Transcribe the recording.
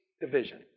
division